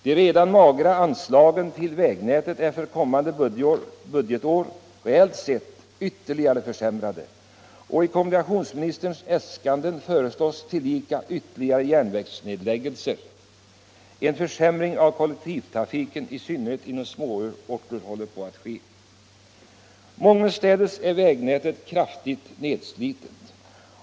De redan magra anslagen till vägnätet är för kommande budgetår reellt sett ytterligare försämrade, och i kommunikationsministerns äskanden föreslås ytterligare järnvägsnedläggelser. En försämring av kollektivtrafiken i synnerhet inom småorter håller på att ske. Mångenstädes är vägnätet kraftigt nedslitet.